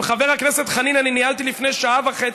עם חבר הכנסת חנין ניהלתי לפני שעה וחצי,